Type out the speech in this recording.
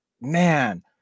man